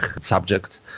subject